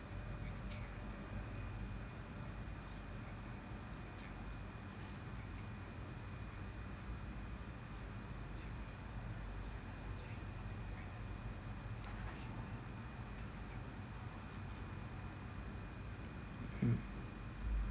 mm